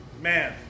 Man